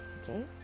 Okay